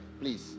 please